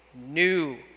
new